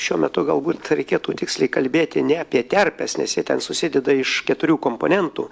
šiuo metu galbūt reikėtų tiksliai kalbėti ne apie terpes nes jie ten susideda iš keturių komponentų